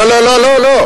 לא, לא, לא, לא.